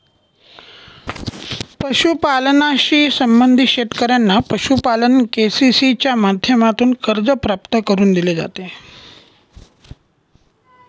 पशुपालनाशी संबंधित शेतकऱ्यांना पशुपालन के.सी.सी च्या माध्यमातून कर्ज प्राप्त करून दिले जाते